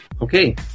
Okay